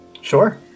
Sure